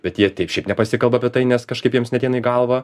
bet jie šiaip nepasikalba apie tai nes kažkaip jiems neateina į galvą